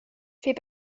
fait